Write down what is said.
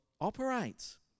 operates